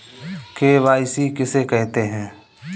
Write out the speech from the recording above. KYC किसे कहते हैं?